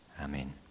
amen